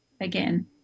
again